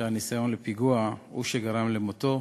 שהניסיון לפיגוע הוא שגרם למותו.